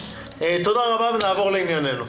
נעבור לענייננו.